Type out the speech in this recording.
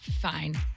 Fine